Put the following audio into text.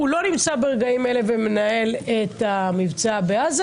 הוא לא נמצא ברגעים אלה ומנהל את המבצע בעזה,